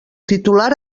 titular